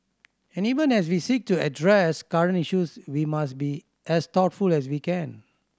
and even as we seek to address current issues we must be as thoughtful as we can